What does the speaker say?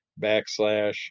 backslash